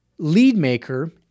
LeadMaker